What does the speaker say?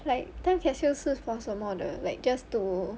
like time capsule 是 for 什么的 like just to